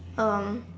um